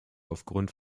aufgrund